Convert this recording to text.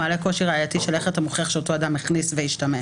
זה מעלה קושי ראייתי של איך אתה מוכיח שאותו אדם הכניס והשתמש.